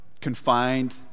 confined